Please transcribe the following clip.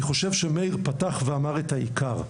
אני חושב שמאיר פתח ואמר את העיקר.